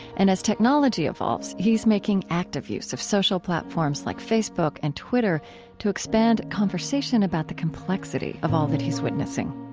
and as technology evolves, he's making active use of social platforms like facebook and twitter to expand conversation about the complexity of all that he's witnessing